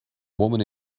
woman